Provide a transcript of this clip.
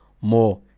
more